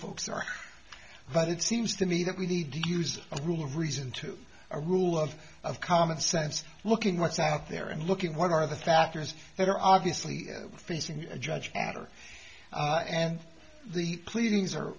folks are but it seems to me that we need to use a rule of reason to a rule of of common sense looking what's out there and looking what are the factors that are obviously facing a judge after and the pleading